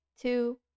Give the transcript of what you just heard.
two